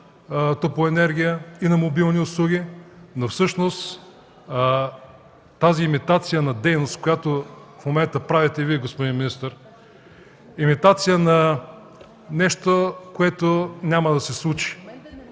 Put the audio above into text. на топлоенергия, и на мобилни услуги, но всъщност тази имитация на дейност, която в момента правите Вие, господин министър, е имитация на нещо, което няма да се случи.